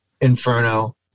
Inferno